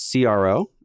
CRO